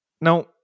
Now